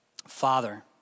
Father